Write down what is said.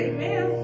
Amen